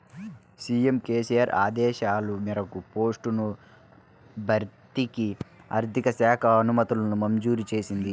CM KCR ఆదేశాల మేరకు పోస్టుల భర్తీకి ఆర్థిక శాఖ అనుమతులు మంజూరు చేసింది